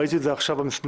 ראיתי את זה עכשיו במסמך.